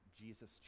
Jesus